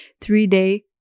Three-day